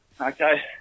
Okay